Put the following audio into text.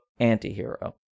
Antihero